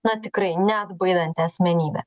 nuo tikrai neatbaidanti asmenybė